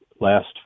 last